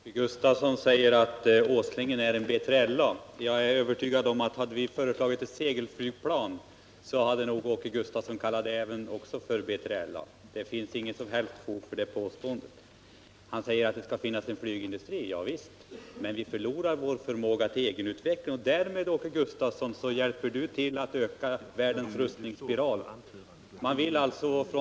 Herr talman! Åke Gustavsson säger att Åslingen är en B3LA. Jag är övertygad om att hade vi föreslagit ett segelflygplan, så hade Åke Gustavsson kallat det också för B3LA. Det finns inget som helst fog för det påståendet. Åke Gustavsson säger att det skall finnas en flygindustri. Ja visst, men vi förlorar genom ert förslag vår förmåga till egenutveckling och därmed, Åke Gustavsson, hjälper ni till att öka hastigheten i världens rustningar.